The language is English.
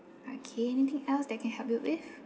okay anything else that I can help you with